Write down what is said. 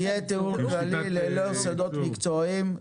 יהיה תיאור כללי ללא סודות מקצועיים.